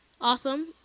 awesome